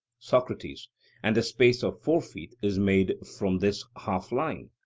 socrates and the space of four feet is made from this half line?